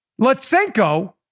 Lutsenko